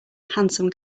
handsome